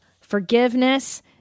Forgiveness